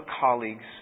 colleague's